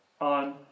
on